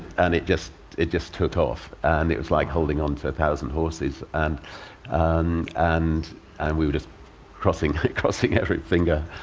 and it just it just took off. and it was like holding onto a thousand horses. and and and we were just crossing crossing every finger,